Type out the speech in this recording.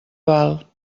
val